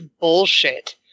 bullshit